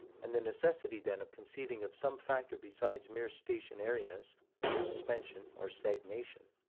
and the necessity then of conceiving of some factor besides mere stationariness or suspension or stagnation,